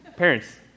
Parents